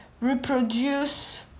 reproduce